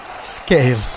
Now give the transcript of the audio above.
scale